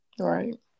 Right